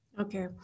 Okay